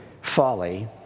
folly